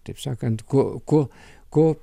taip sakant ko ko ko